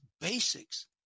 basics